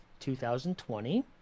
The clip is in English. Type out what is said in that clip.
2020